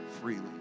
freely